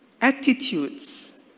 attitudes